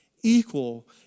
equal